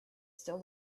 still